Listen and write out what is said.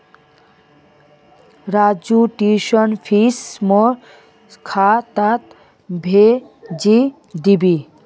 राजूर ट्यूशनेर फीस मोर खातात भेजे दीबो